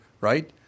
right